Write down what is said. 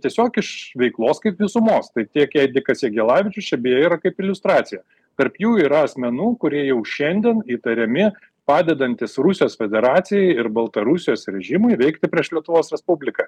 tiesiog iš veiklos kaip visumos tai tiek edikas jagelavičius čia beje yra kaip iliustracija tarp jų yra asmenų kurie jau šiandien įtariami padedantys rusijos federacijai ir baltarusijos režimui veikti prieš lietuvos respubliką